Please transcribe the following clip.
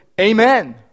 amen